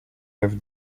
have